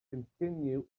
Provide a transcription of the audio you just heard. continue